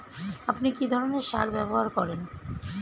আপনি কী ধরনের সার ব্যবহার করেন?